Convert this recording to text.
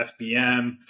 FBM